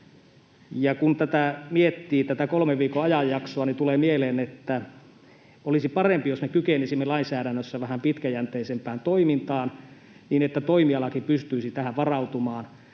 tätä kolmen viikon ajanjaksoa, niin tulee mieleen, että olisi parempi, jos me kykenisimme lainsäädännössä vähän pitkäjänteisempään toimintaan, niin että toimialakin pystyisi tähän varautumaan,